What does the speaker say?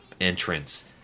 entrance